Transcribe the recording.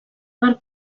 per